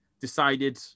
decided